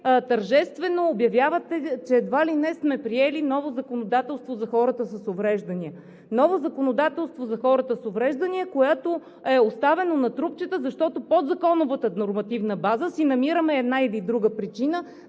тържествено обявявате, че едва ли не сме приели ново законодателство за хората с увреждания. Ново законодателство за хората с увреждания, което е оставено на трупчета, защото за подзаконовата нормативна база си намираме една или друга причина,